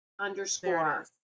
underscore